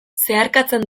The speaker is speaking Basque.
zeharkatzen